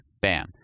Bam